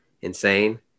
insane